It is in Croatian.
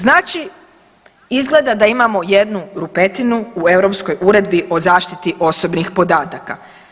Znači izgleda da imamo jednu rupetinu u Europskoj uredbi o zaštiti osobnih podataka.